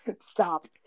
Stop